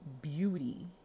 beauty